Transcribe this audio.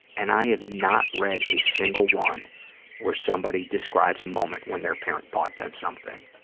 and i have not read a single one where somebody describes a moment when their parent bought them something.